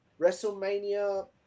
WrestleMania